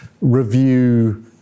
review